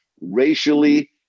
racially